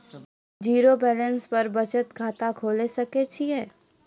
Zero balance पर बचत खाता खोले सकय छियै?